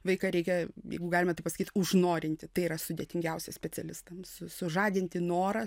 vaiką reikia jeigu galima taip pasakyt užnorinti tai yra sudėtingiausia specialistams sužadinti norą